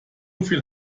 viel